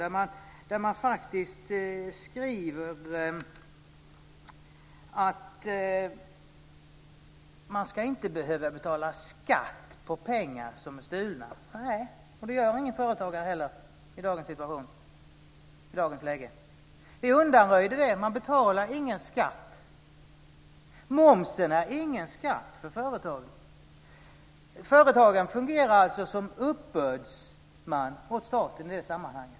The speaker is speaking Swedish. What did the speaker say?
Där skriver det faktiskt att man inte ska behöva betala skatt på pengar som är stulna. Nej, och det gör heller ingen företagare i dagens läge. Vi undanröjde det. Man betalar ingen skatt. Momsen är ingen skatt för företagen. Företagen fungerar som uppbördsman för staten i det sammanhanget.